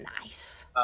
nice